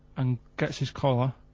and gets his collar,